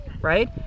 right